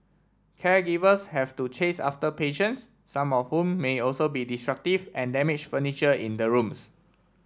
caregivers have to chase after patients some of whom may also be destructive and damage furniture in the rooms